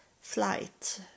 flight